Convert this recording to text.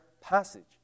passage